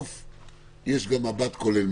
יש גם מבט כולל,